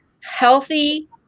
healthy